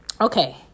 okay